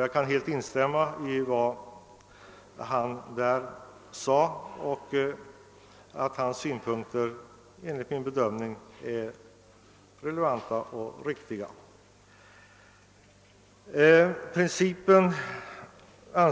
Jag kan helt instämma i hans synpunkter, som enligt min bedömning är relevanta och riktiga. Principen